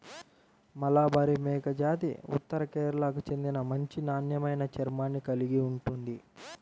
మలబారి మేకజాతి ఉత్తర కేరళకు చెందిన మంచి నాణ్యమైన చర్మాన్ని కలిగి ఉంటుంది